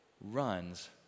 runs